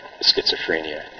schizophrenia